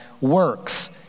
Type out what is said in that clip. works